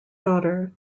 daughter